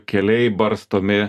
keliai barstomi